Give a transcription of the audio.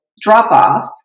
drop-off